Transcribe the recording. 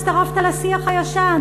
הצטרפת לשיח הישן,